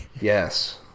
Yes